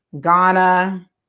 Ghana